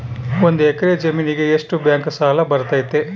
ಒಂದು ಎಕರೆ ಜಮೇನಿಗೆ ಎಷ್ಟು ಬ್ಯಾಂಕ್ ಸಾಲ ಬರ್ತೈತೆ?